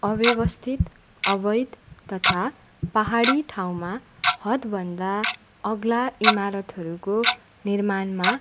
अव्यवस्थित अवैध तथा पाहाडी ठाउँमा हदभन्दा अग्ला इमारतहरूको निर्माणमा